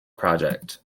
project